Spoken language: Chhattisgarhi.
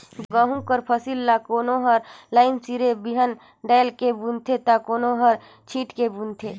गहूँ कर फसिल ल कोनो हर लाईन सिरे बीहन डाएल के बूनथे ता कोनो हर छींट के बूनथे